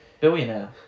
Billionaire